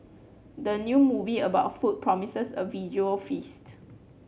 the new movie about food promises a visual feast